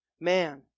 Man